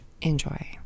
enjoy